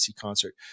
concert